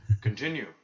continue